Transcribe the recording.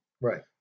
Right